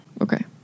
Okay